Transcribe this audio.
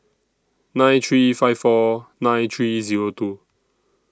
nine three five four nine three Zero two